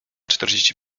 czterdzieści